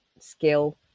skill